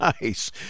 Nice